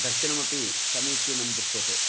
दर्शनमपि समीचीनं दृश्यते